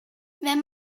wenn